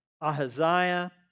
Ahaziah